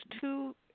two